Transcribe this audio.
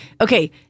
okay